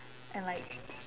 and like